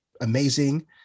Amazing